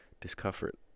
Discomfort